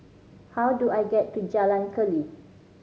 how do I get to Jalan Keli